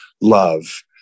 love